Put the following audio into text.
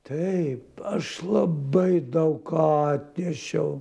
taip aš labai daug ką atnešiau